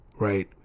right